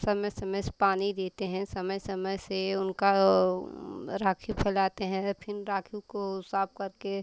समय समय से पानी देते हैं समय समय से उनका ओ राखिव फैलाते हैं फिन राखी को साफ करके